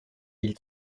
ils